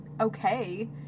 okay